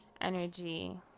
energy